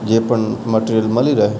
જે પણ મટ્રિયલ મળી રહે